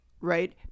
right